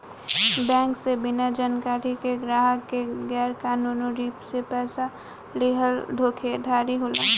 bank से बिना जानकारी के ग्राहक के गैर कानूनी रूप से पइसा लीहल धोखाधड़ी होला